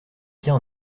bien